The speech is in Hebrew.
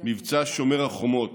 מבצע שומר החומות,